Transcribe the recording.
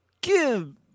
Give